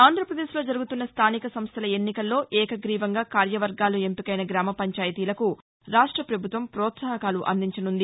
ఆంధ్రాప్రదేశ్లో జరుగుతున్న స్థానిక సంస్థల ఎన్నికల్లో ఏకగ్రీవంగా కార్యవర్గాలు ఎంపికైన గ్రామ పంచాయతీలకు రాష్ట్ర ప్రభుత్వం ప్రోత్సాహకాలు అందించనుంది